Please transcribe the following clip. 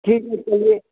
ठीक है चलिए